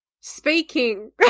speaking